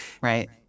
right